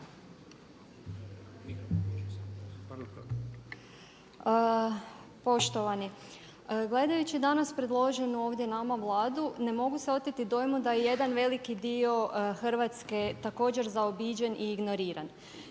Poštovani gledajući danas predloženu ovdje nama Vladu ne mogu se oteti dojmu da je jedan veliki dio Hrvatske također zaobiđen i ignoriran.